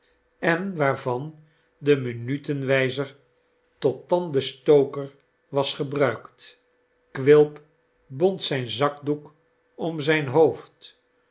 en waarvan de minuutwijzer tot tandenstoker was gebruikt quilp bond zijn zakdoek om zijn hoofd